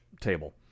table